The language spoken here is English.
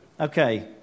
Okay